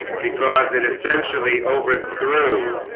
because it essentially overthrew